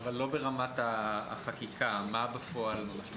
אבל לא ברמת החקיקה, מה בפועל המשמעות?